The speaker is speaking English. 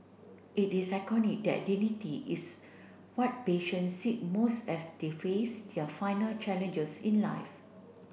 it is iconic that dignity is what patient seek most as they face their final challenges in life